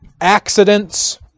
accidents